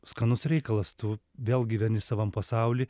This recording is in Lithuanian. skanus reikalas tu vėl gyveni savam pasauly